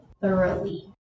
thoroughly